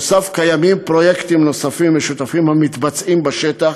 קיימים פרויקטים נוספים משותפים המתבצעים בשטח,